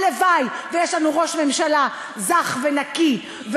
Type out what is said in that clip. הלוואי שיש לנו ראש ממשלה זך ונקי,